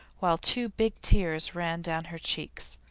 while two big tears ran down her cheeks.